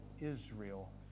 Israel